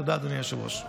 תודה, אדוני היושב-ראש.